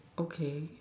okay